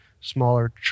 smaller